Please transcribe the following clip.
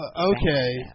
Okay